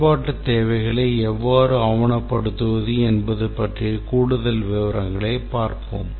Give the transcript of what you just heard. செயல்பாட்டுத் தேவைகளை எவ்வாறு ஆவணப்படுத்துவது என்பது பற்றிய கூடுதல் விவரங்களைப் பார்ப்போம்